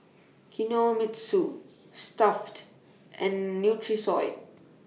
Kinohimitsu Stuff'd and Nutrisoy